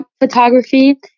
photography